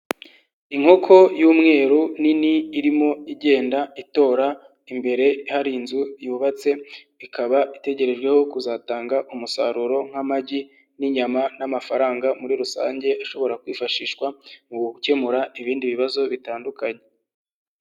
Inkoko y'umweru, nini irimo igenda itora, imbere hari inzu yubatse, ikaba itegerejweho kuzatanga umusaruro nk'amagi n'inyama n'amafaranga muri rusange ashobora kwifashishwa mu gukemura ibindi bibazo bitandukanye.